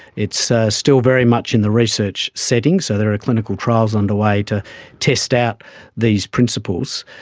it's still very much in the research setting, so there are clinical trials underway to test out these principles,